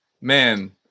man